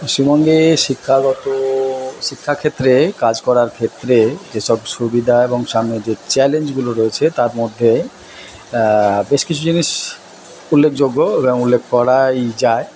পশ্চিমবঙ্গে শিক্ষাগত শিক্ষা ক্ষেত্রে কাজ করার ক্ষেত্রে যেসব সুবিধা এবং সামনে যে চ্যালেঞ্জগুলো রয়েছে তার মধ্যে বেশ কিছু জিনিস উল্লেখযোগ্য এবং উল্লেখ করাই যায়